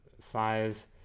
five